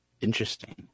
interesting